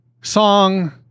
song